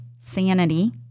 sanity